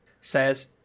says